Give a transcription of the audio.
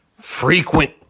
frequent